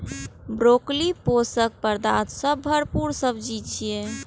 broccoli पोषक पदार्थ सं भरपूर सब्जी छियै